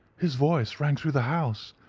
his voice rang through the house.